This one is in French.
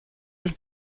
elle